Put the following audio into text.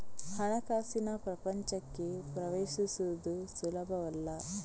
ಹಣಕಾಸಿನ ಪ್ರಪಂಚಕ್ಕೆ ಪ್ರವೇಶಿಸುವುದು ಸುಲಭವಲ್ಲ